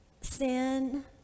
sin